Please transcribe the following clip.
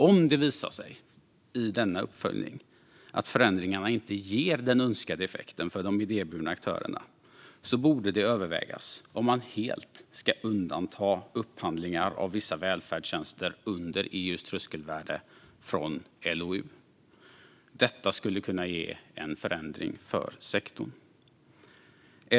Om det visar sig i denna uppföljning att förändringarna inte ger den önskade effekten för de idéburna aktörerna borde det övervägas om man helt ska undanta upphandlingar av vissa välfärdstjänster under EU:s tröskelvärde från LOU. Detta skulle kunna ge en förändring för sektorn.